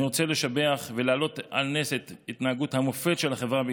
אני רוצה לשבח ולהעלות על נס את התנהגות המופת של החברה בישראל.